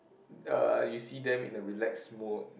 uh you see them in a relaxed mode